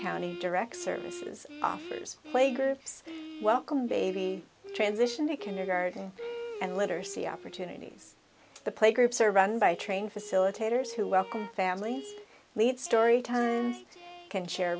county direct services playgroups welcome baby transition to kindergarten and literacy opportunities the play groups are run by train facilitators who welcomed families lead story time can share